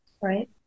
Right